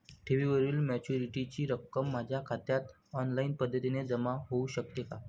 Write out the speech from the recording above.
ठेवीवरील मॅच्युरिटीची रक्कम माझ्या खात्यात ऑनलाईन पद्धतीने जमा होऊ शकते का?